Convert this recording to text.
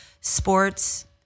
sports